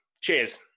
Cheers